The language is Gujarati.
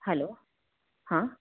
હલો હા